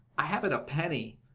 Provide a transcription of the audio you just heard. i haven't a penny.